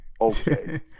okay